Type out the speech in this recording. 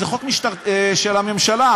זה חוק של הממשלה,